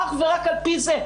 אך ורק על-פי זה.